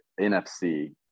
NFC